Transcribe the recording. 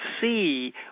see